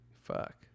fuck